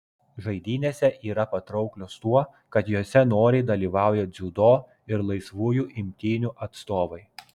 žaidynėse yra patrauklios tuo kad jose noriai dalyvauja dziudo ir laisvųjų imtynių atstovai